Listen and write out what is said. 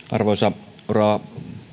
arvoisa rouva